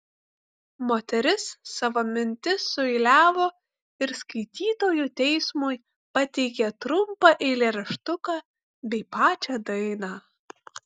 moteris savo mintis sueiliavo ir skaitytojų teismui pateikė trumpą eilėraštuką bei pačią dainą